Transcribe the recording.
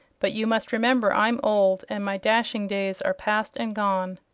but you must remember i'm old, and my dashing days are past and gone.